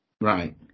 Right